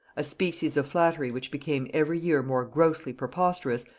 a species of flattery which became every year more grossly preposterous,